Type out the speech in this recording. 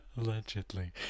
Allegedly